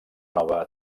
nova